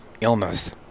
illness